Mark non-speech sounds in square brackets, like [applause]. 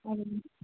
[unintelligible]